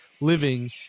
living